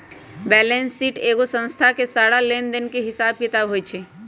balance sheet एगो संस्था के सारा लेन देन के हिसाब किताब होई छई